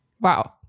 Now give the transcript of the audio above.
Wow